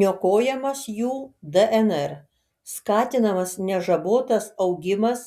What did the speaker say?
niokojamas jų dnr skatinamas nežabotas augimas